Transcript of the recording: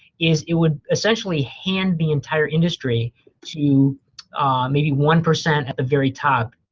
is it would essentially hand the entire industry to maybe one percent at the very top.